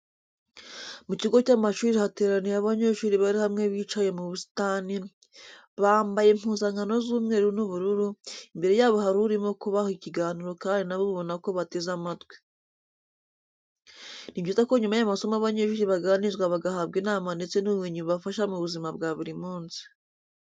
Mu kigo cy'amashuri hateraniye abanyesuri bari hamwe bicaye mu busitani, bambaye impuzankano z'umweru n'ubururu, imbere yabo hari urimo kubaha ikiganiro kandi na bo ubona ko bateze amatwi. Ni byiza ko nyuma y'amasomo abanyeshuri baganirizwa bagahabwa inama ndetse n'ubumenyi bubafasha mu buzima bwa buri munsi.